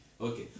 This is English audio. Okay